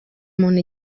umuntu